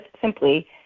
simply